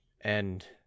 And